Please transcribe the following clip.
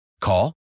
Call